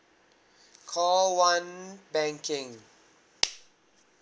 call one banking